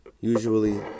Usually